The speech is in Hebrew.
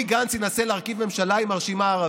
גנץ ינסה להרכיב ממשלה עם הרשימה הערבית.